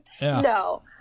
No